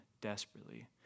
desperately